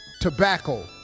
Tobacco